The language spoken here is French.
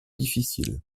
difficile